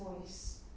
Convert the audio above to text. voice